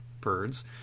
birds